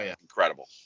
incredible